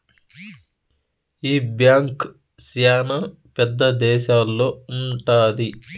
ఈ బ్యాంక్ శ్యానా పెద్ద దేశాల్లో ఉంటది